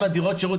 גם דירות השירות,